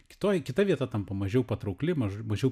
kitoj kita vieta tampa mažiau patraukli maž mažiau